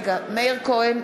כץ,